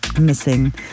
Missing